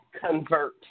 convert